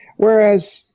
whereas,